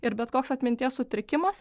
ir bet koks atminties sutrikimas